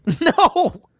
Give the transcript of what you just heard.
No